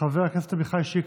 חבר הכנסת עמיחי שיקלי.